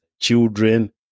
children